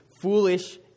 foolish